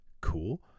Cool